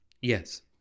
Yes